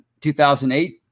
2008